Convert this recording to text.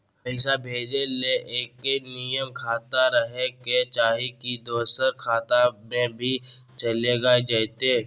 पैसा भेजे ले एके नियर खाता रहे के चाही की दोसर खाता में भी चलेगा जयते?